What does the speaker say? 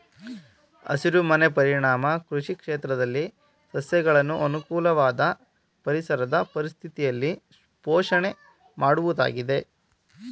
ಹಸಿರುಮನೆ ಪರಿಣಾಮ ಕೃಷಿ ಕ್ಷೇತ್ರದಲ್ಲಿ ಸಸ್ಯಗಳನ್ನು ಅನುಕೂಲವಾದ ಪರಿಸರದ ಪರಿಸ್ಥಿತಿಯಲ್ಲಿ ಪೋಷಣೆ ಮಾಡುವುದಾಗಿದೆ